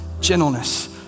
gentleness